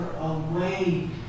away